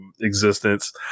existence